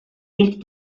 ilk